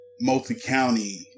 multi-county